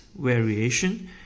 variation